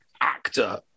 actor